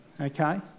Okay